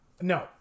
no